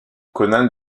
conan